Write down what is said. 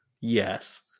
Yes